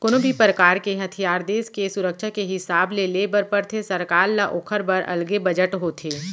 कोनो भी परकार के हथियार देस के सुरक्छा के हिसाब ले ले बर परथे सरकार ल ओखर बर अलगे बजट होथे